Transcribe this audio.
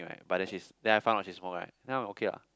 right but then she's then I found out she smoke right then I'm okay ah